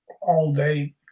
all-day